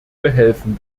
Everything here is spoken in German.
behelfen